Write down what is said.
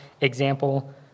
example